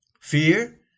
Fear